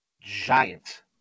giant